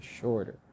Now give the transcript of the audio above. shorter